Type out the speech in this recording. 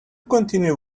continue